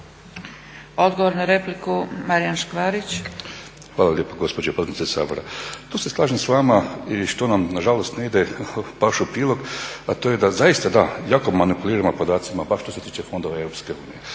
**Škvarić, Marijan (HNS)** Hvala lijepo gospođo potpredsjednice Sabora. Tu se slažem s vama i što nam na žalost ne ide baš u prilog, a to je da zaista da, jako manipuliramo podacima baš što se tiče fondova EU.